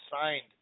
signed